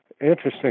interesting